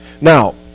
Now